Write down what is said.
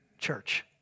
church